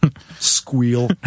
squeal